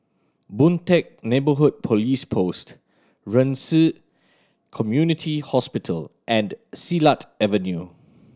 Boon Teck Neighbourhood Police Post Ren Ci Community Hospital and Silat Avenue